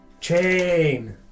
Chain